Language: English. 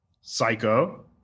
psycho